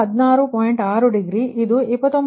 6 degree ಇದು 29